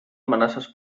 amenaces